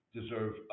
deserve